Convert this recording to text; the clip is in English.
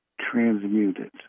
transmuted